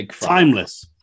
Timeless